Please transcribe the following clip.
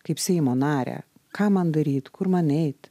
kaip seimo narę ką man daryt kur man eit